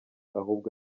ahubwo